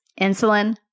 insulin